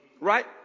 Right